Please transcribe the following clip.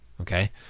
okay